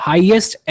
Highest